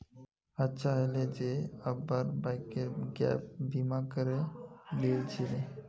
अच्छा हले जे अब्बार बाइकेर गैप बीमा करे लिल छिले